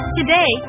Today